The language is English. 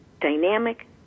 dynamic